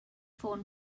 ffôn